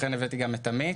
לכן הבאתי גם את עמית.